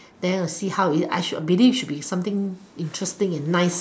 then I see how is it I should believe should be something interesting and nice